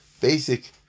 basic